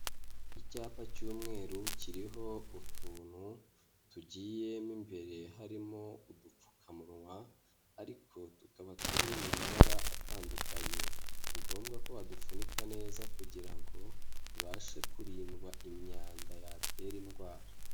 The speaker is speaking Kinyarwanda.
Icyapa cy'umweru kiriho utuntu tugiye mo imbere harimo udupfukamunwa ariko tukaba turi mu mabara atandukanye ni ngombwa ko badupfunika neza kugira ngo tubashe kurindwa imyanda yatera indwara.